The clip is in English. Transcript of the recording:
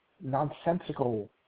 nonsensical